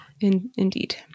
Indeed